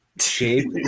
shape